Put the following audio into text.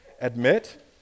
admit